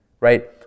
right